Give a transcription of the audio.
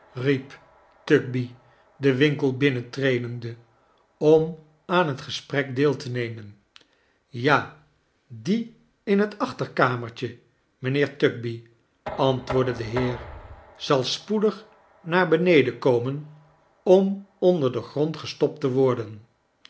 tugby den winkel binnentredende om aan het gesprek deel te nemen ja die in het achterkamertje mijnheer tugby antwoordde de heer zal spoedig naar beneden komen om onder den grond gestopt te worden